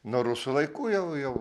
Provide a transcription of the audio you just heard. nuo rusų laikų jau jau